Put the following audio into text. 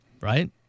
Right